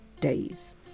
days